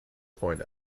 point